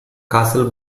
castle